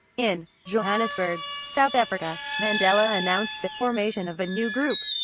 in johannesburg, south africa, mandela announced the formation of a new group,